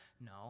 No